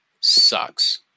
sucks